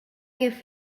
què